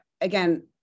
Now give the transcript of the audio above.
again